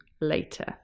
later